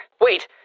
Wait